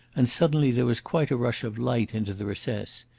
and suddenly there was quite a rush of light into the recess.